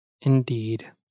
Indeed